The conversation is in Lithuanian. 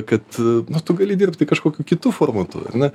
kad nu tu gali dirbti kažkokiu kitu formatu ar ne